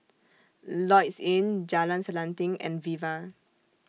Lloyds Inn Jalan Selanting and Viva